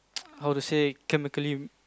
how to say chemically